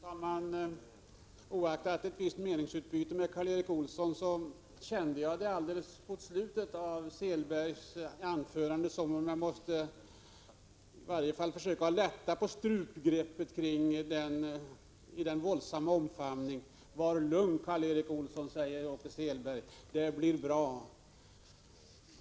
Fru talman! Oaktat att det förekommit ett visst meningsutbyte med Karl Erik Olsson, kändes det alldeles mot slutet av Åke Selbergs anförande som om jag måste i varje fall försöka lätta på strupgreppet i den våldsamma omfamningen. Var lugn, Karl Erik Olsson, säger Åke Selberg, det blir bra.